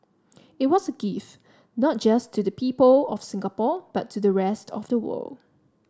it was a gift not just to the people of Singapore but to the rest of the world